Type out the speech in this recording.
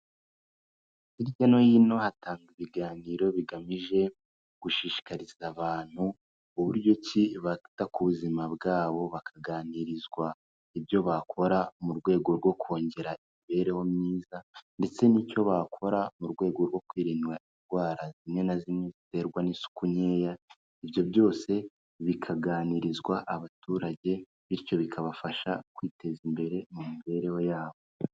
Hirya no hino hatangwa ibiganiro bigamije gushishikariza abantu uburyo ki bakwita ku buzima bwabo, bakaganirizwa ibyo bakora mu rwego rwo kongera imibereho myiza ndetse n'icyo bakora mu rwego rwo kwirinda indwara zimwe na zimwe ziterwa n'isuku nkeya, ibyo byose bikaganirizwa abaturage bityo bikabafasha kwiteza imbere mu mibereho yabo.